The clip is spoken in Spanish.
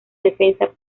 defensa